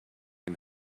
and